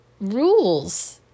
rules